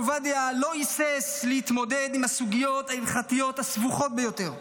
"הרב עובדיה לא היסס להתמודד עם הסוגיות ההלכתיות הסבוכות ביותר.